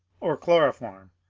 or chloroform,